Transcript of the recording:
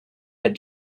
had